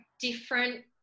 different